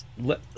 let